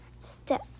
step